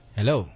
Hello